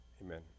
Amen